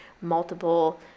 multiple